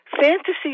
Fantasy